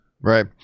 right